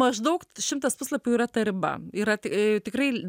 maždaug šimtas puslapių yra ta riba yra tai tikrai